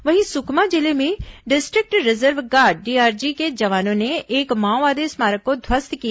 वही सुकमा जिले में डिस्ट्रिक्ट रिजर्व गार्ड डीआरजी के जवानों ने एक माओवादी स्मारक को ध्वस्त किया है